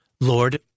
Lord